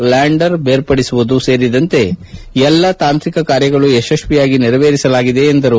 lander ಬೇರ್ಪಡಿಸುವುದು ಸೇರಿದಂತೆ ಎಲ್ಲ ತಾಂತ್ರಿಕ ಕಾರ್ಯಗಳು ಯಶಸ್ತಿಯಾಗಿ ನೆರವೇರಿಸಲಾಗಿದೆ ಎಂದು ವಿವರಿಸಿದರು